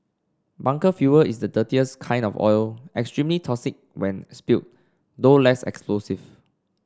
bunker fuel is the dirtiest kind of oil extremely toxic when spilled though less explosive